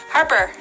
Harper